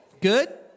Good